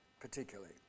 particularly